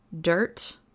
dirt